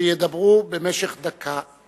שידברו במשך דקה.